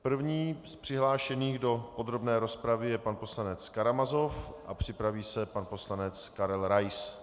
První z přihlášených do podrobné rozpravy je pan poslanec Karamazov a připraví se pan poslanec Karel Rais.